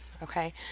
Okay